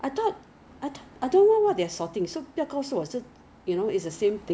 oh okay oh make sense Taiwan Taiwan products they don't use the preservative